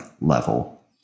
level